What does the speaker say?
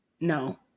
No